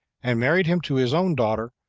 and married him to his own daughter,